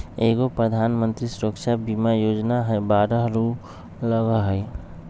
एगो प्रधानमंत्री सुरक्षा बीमा योजना है बारह रु लगहई?